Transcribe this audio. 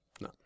No